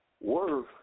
worth